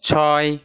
ছয়